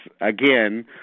again